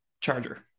Charger